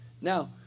Now